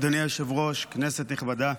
אדוני היושב-ראש, כנסת נכבדה,